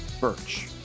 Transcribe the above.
Birch